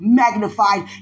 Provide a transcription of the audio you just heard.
magnified